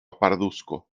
parduzco